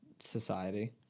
society